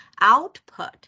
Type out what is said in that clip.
output